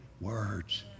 words